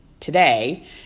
today